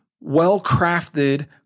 well-crafted